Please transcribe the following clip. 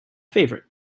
favorite